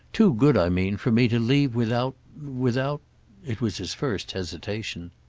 too good, i mean, for me to leave without without it was his first hesitation.